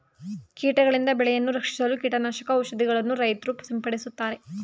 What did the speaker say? ಕೀಟಗಳಿಂದ ಬೆಳೆಯನ್ನು ರಕ್ಷಿಸಲು ಕೀಟನಾಶಕ ಔಷಧಿಗಳನ್ನು ರೈತ್ರು ಸಿಂಪಡಿಸುತ್ತಾರೆ